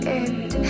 end